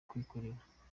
kwikorera